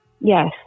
yes